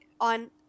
on